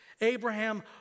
Abraham